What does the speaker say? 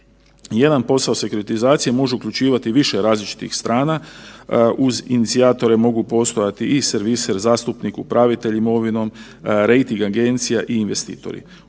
Jedan posao sekuritizacije može uključivati više različitih strana, uz inicijatore mogu postojati i serviser zastupnik, upravitelj imovinom, rejting agencija i investitori.